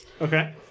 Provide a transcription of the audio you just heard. Okay